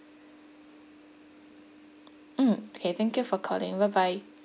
mm okay thank you for calling bye bye